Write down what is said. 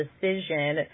decision